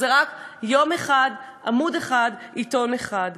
וזה רק יום אחד, עמוד אחד, עיתון אחד.